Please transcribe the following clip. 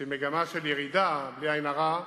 שהיא מגמה של ירידה, בלי עין הרע,